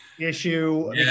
issue